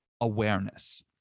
awareness